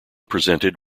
presented